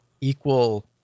equal